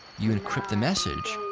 you encrypt the message,